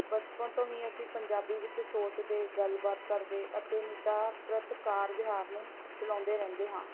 ਬਚਪਨ ਤੋਂ ਹੀ ਅਸੀਂ ਪੰਜਾਬੀ ਵਿੱਚ ਸੋਚਦੇ ਗੱਲ ਬਾਤ ਕਰਦੇ ਅਤੇ ਨਿੱਤਾ ਪ੍ਰਥ ਕਾਰ ਵਿਹਾਰ ਨੂੰ ਚਲਾਉਂਦੇ ਰਹਿੰਦੇ ਹਾਂ